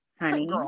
honey